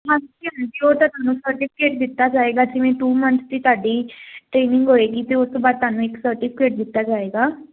ਹਾਂਜੀ ਹਾਂਜੀ ਉਹ ਤਾਂ ਤੁਹਾਨੂੰ ਸਰਟੀਫਿਕੇਟ ਦਿੱਤਾ ਜਾਏਗਾ ਜਿਵੇਂ ਟੂ ਮੰਥ ਦੀ ਤੁਹਾਡੀ ਟਰੇਨਿੰਗ ਹੋਏਗੀ ਤੇ ਉਸ ਤੋਂ ਬਾਅਦ ਤੁਹਾਨੂੰ ਇੱਕ ਸਰਟੀਫਿਕੇਟ ਦਿੱਤਾ ਜਾਏਗਾ